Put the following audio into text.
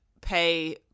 pay